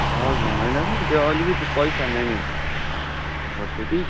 हजुर होइन कि त्यो अलिकति पैसा म्यानेज कि